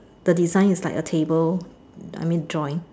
the design is like a table let me draw it